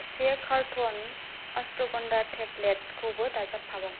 से कारट'न अश्वगन्धा टेब्लेटखौबो दाजाबफाबाव